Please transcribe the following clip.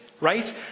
right